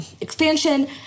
expansion